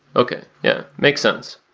okay. yeah, makes sense.